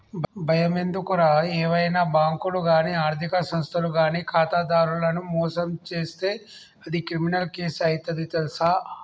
బయమెందుకురా ఏవైనా బాంకులు గానీ ఆర్థిక సంస్థలు గానీ ఖాతాదారులను మోసం జేస్తే అది క్రిమినల్ కేసు అయితది తెల్సా